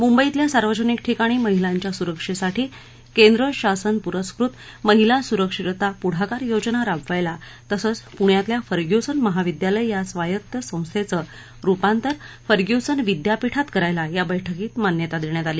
मुंबईतल्या सार्वजनिक ठिकाणी महिलांच्या सुरक्षेसाठी केंद्र शासन पुरस्कृत महिला सुरक्षितता पुढाकार योजना राबवायला तसंच पुण्यातल्या फर्ग्यूसन महाविद्यालय या स्वायत्त संस्थचं रुपांतर फर्ग्यूसन विद्यापीठात करायला या बैठकीत मान्यता देण्यात आली